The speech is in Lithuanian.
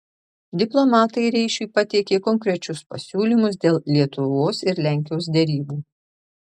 diplomatai reišiui pateikė konkrečius pasiūlymus dėl lietuvos ir lenkijos derybų